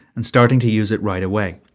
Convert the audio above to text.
and starting to use it right away.